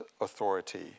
authority